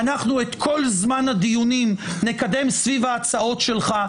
ואנחנו את כל זמן הדיונים נקדם סביב ההצעות שלך,